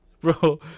Bro